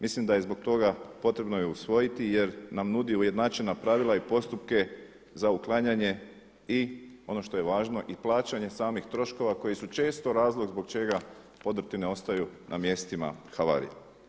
Mislim da je zbog toga potrebno i usvojiti, jer nam nudi ujednačena pravila i postupke za uklanjanje i ono što je važno i plaćanje samih troškova koji su često razlog zbog čega podrtine ostaju na mjestima havarije.